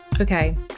Okay